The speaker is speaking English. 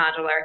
modular